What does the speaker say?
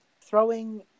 throwing